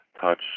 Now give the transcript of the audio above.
touch